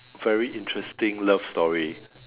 very interesting love story